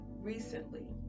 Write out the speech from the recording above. Recently